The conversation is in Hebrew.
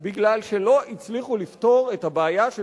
מפני שלא הצליחו לפתור את הבעיה של